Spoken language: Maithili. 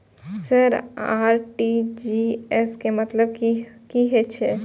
सर आर.टी.जी.एस के मतलब की हे छे?